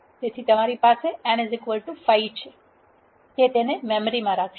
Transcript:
તેથી તમારી પાસે n 5 છે તે તેને મેમરીમાં રાખશે